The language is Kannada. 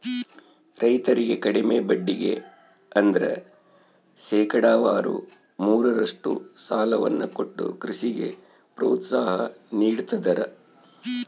ರೈತರಿಗೆ ಕಡಿಮೆ ಬಡ್ಡಿಗೆ ಅಂದ್ರ ಶೇಕಡಾವಾರು ಮೂರರಷ್ಟು ಸಾಲವನ್ನ ಕೊಟ್ಟು ಕೃಷಿಗೆ ಪ್ರೋತ್ಸಾಹ ನೀಡ್ತದರ